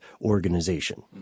organization